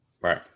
Right